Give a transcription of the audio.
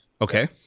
Okay